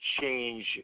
change